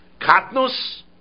Katnus